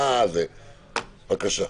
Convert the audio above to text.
בבקשה.